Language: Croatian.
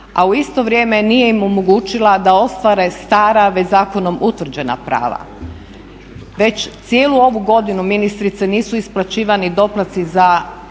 a u isto vrijeme nije im omogućila da ostvare stara već zakonom utvrđena prava? Već cijelu ovu godinu ministrice nisu isplaćivani doplatci za